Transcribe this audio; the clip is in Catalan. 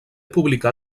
publicà